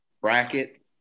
bracket